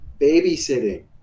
babysitting